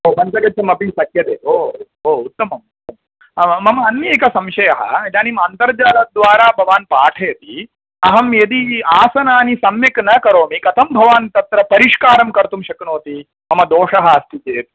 ओ पञ्चगच्छमपि शक्यते ओ ओ उत्तमं मम अन्यः एकः संशयः इदानीम् अन्तर्जालद्वारा भवान् पाठयति अहं यदि आसनानि सम्यक् न करोमि कथं भवान् तत्र परिष्कारं कर्तुं शक्नोति मम दोषः अस्ति चेत्